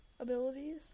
Abilities